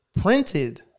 printed